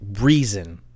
reason